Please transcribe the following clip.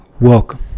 welcome